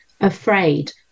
afraid